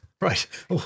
Right